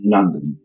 London